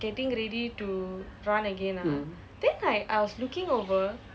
mmhmm